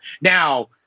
Now